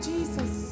Jesus